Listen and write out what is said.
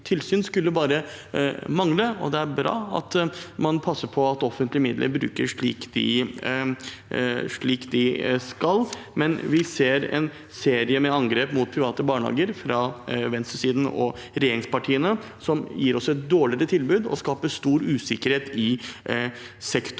tilsyn. Det skulle bare mangle, det er bra at man passer på at offentlige midler brukes slik de skal, men vi ser en serie med angrep mot private barnehager fra venstresiden og regjeringspartiene som gir oss et dårligere tilbud og skaper stor usikkerhet i sektoren.